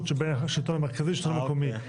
שבין השלטון המרכזי לשלטון המקומי.